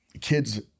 kids